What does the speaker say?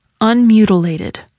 unmutilated